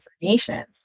information